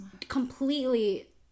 completely